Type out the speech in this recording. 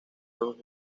dos